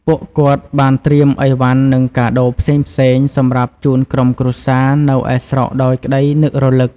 ពួកគាត់បានត្រៀមអីវ៉ាន់នឹងកាដូផ្សេងៗ សម្រាប់ជូនក្រុមគ្រួសារនៅឯស្រុកដោយក្តីនឹករលឹក។